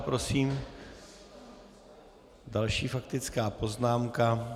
Prosím, další faktická poznámka.